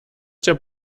der